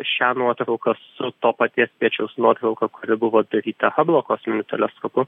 šią nuotrauką su to paties spiečiaus nuotrauka kuri buvo daryta hablo kosminiu teleskopu